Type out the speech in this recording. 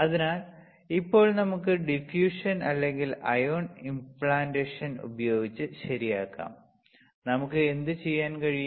അതിനാൽ ഇപ്പോൾ നമുക്ക് ഡിഫ്യൂഷൻ അല്ലെങ്കിൽ അയോൺ ഇംപ്ലാന്റേഷൻ ഉപയോഗിച്ച് ശരിയാക്കാം നമുക്ക് എന്ത് ചെയ്യാൻ കഴിയും